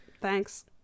thanks